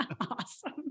Awesome